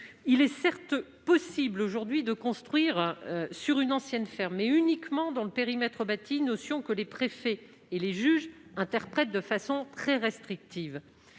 il est aujourd'hui possible de construire sur une ancienne ferme, mais uniquement dans le « périmètre bâti », notion que les préfets et les juges interprètent, de façon très restrictive,